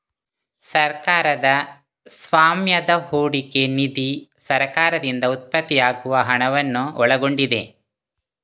ಸರ್ಕಾರದ ಸ್ವಾಮ್ಯದ ಹೂಡಿಕೆ ನಿಧಿ ಸರ್ಕಾರದಿಂದ ಉತ್ಪತ್ತಿಯಾಗುವ ಹಣವನ್ನು ಒಳಗೊಂಡಿದೆ